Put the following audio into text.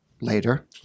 later